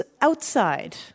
outside